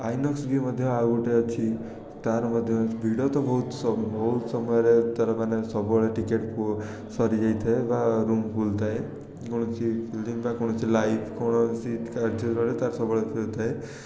INOX ବି ମଧ୍ୟ ଆଉ ଗୋଟେ ଅଛି ତା'ର ମଧ୍ୟ ଅଛି ଭିଡ଼ ତ ସବୁ ବହୁତ ବହୁତ ସମୟରେ ତା'ର ମାନେ ସବୁବେଳେ ଟିକେଟ୍ ଫୁଲ୍ ସରି ଯାଇଥାଏ ରୁମ୍ ଫୁଲ୍ ଥାଏ ଯେକୌଣସି ଫିଲ୍ମ ବା କୌଣସି ଲାଇଭ୍ କୌଣସି କାର୍ଯ୍ୟ ବେଳେ ତା'ର ସବୁବେଳେ ଫୁଲ୍ ଥାଏ